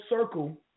circle